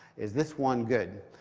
is this one good?